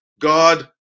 God